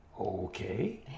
Okay